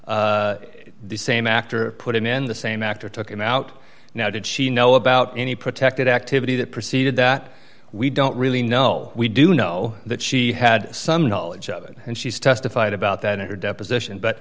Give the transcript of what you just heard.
inference the same actor put him in the same actor took him out now did she know about any protected activity that preceded that we don't really know we do know that she had some knowledge of it and she's testified about that in her deposition but